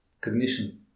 cognition